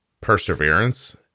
perseverance